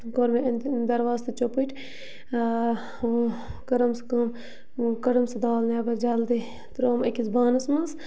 کوٚر مےٚ أنٛدرِم درواز تہِ چوٚپٕٹۍ کٔرٕم سُہ کٲم کٔڑٕم سُہ دال نٮ۪بَر جلدی ترٛٲوٕم أکِس بانَس منٛز